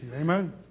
Amen